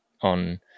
on